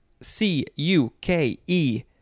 C-U-K-E